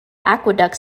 aqueduct